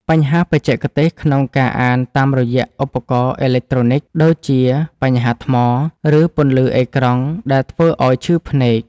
បញ្ហាបច្ចេកទេសក្នុងការអានតាមរយៈឧបករណ៍អេឡិចត្រូនិក ដូចជាបញ្ហាថ្ម ឬពន្លឺអេក្រង់ដែលធ្វើឱ្យឈឺភ្នែក។